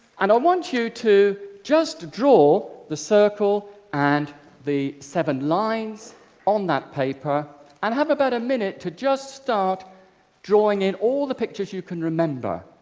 and i um want you to just to draw the circle and the seven lines on that paper and have about a minute to just start drawing in all the pictures you can remember.